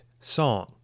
song